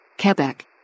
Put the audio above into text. Quebec